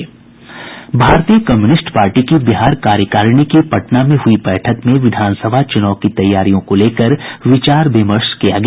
भारतीय communist party के बिहार कार्यकारिणी की पटना में हुई बैठक में विधान सभा चुनाव की तैयारियों को लेकर विचार विमर्श किया गया